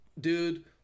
dude